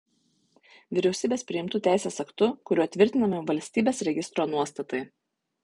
vyriausybės priimtu teisės aktu kuriuo tvirtinami valstybės registro nuostatai